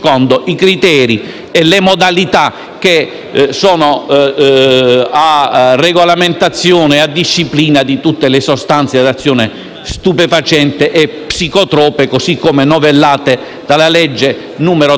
che sono a regolamentazione e disciplina di tutte le sostanze ad azione stupefacente e psicotrope, così come novellate dalla legge n. 38 del 2010.